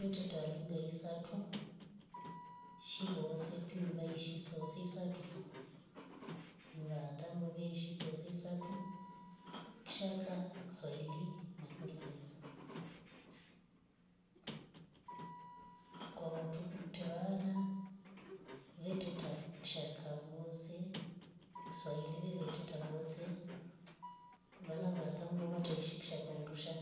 Tute taa lugha isatu shivo wesepio vaishiso weisatu tufoo nivaa tango vye shisose isatu. kichaka kiswahili na kingereza kwamotu. kuute wana vyote taa kishaka vowose kiswahili vyovyote tavose vaana vwata umvavata ilikshi kishaka undusha